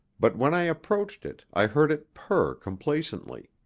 but when i approached it i heard it purr complacently.